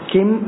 Kim